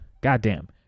Goddamn